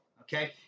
Okay